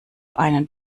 einen